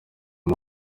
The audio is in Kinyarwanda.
uyu